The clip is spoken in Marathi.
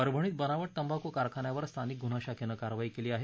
परभणीत बनावट तंबाखू कारखान्यावर स्थानिक गुन्हा शाखेनं कारवाई केली आहे